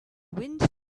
wind